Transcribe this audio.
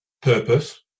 purpose